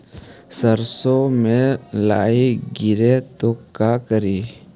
सरसो मे लाहि गिरे तो का करि?